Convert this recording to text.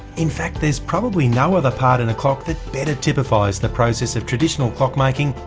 in fact there's probably no other part in a clock that better typifies the process of traditional clockmaking,